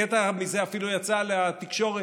קטע מזה אפילו יצא לתקשורת,